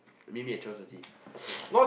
meet me at twelve thirty